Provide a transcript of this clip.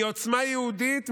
מעוצמה יהודית,